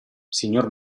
signor